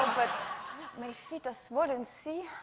but my feet are swollen, see?